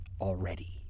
already